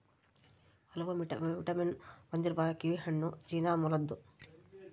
ಹಲವು ವಿಟಮಿನ್ ಹೊಂದಿರುವ ಕಿವಿಹಣ್ಣು ಚೀನಾ ಮೂಲದ್ದು